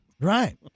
Right